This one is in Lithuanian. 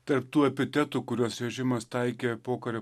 tarp tų epitetų kuriuos režimas taikė pokario